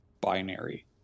binary